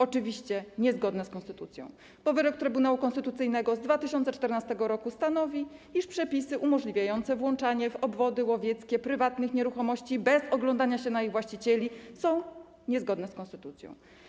Oczywiście niezgodne z konstytucją, bo wyrok Trybunału Konstytucyjnego z 2014 r. stanowi, iż przepisy umożliwiające włączanie w obwody łowieckie prywatnych nieruchomości bez oglądania się na ich właścicieli są niezgodne z konstytucją.